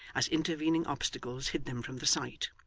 as intervening obstacles hid them from the sight.